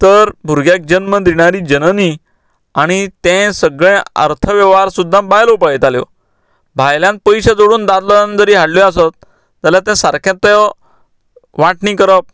तर भुरग्याक जन्म दिणारी जननी आनी तें सगळें अर्थवेव्हार सुद्दां बायलो पळयताल्यो भायल्यान पयशे जोडून दादल्यान जरी हाडलें आसत जाल्यार तें सारकें ते वांटणी करप